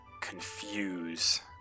confuse